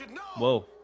Whoa